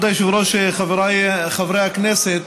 כבוד היושב-ראש, חבריי חברי הכנסת,